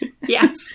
Yes